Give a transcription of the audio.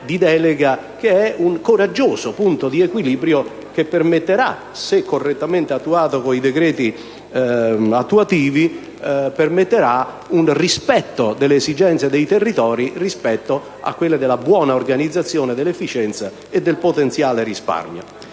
si stabilisce un coraggioso punto di equilibrio che permetterà, se correttamente attuata con gli appositi decreti, un rispetto delle esigenze dei territori in merito alla buona organizzazione, all'efficienza e al potenziale risparmio.